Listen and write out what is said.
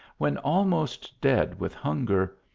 when almost dead with hunger,